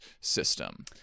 system